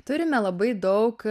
turime labai daug